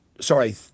sorry